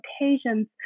occasions